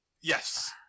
yes